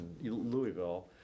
Louisville